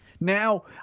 Now